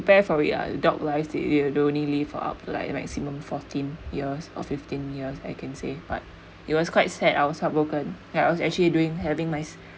fair for it ah dog life it the they only live for up maximum fourteen years or fifteen years I can say but it was quite sad I was heartbroken I was actually doing having my